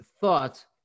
thought